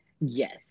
Yes